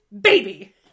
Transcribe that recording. baby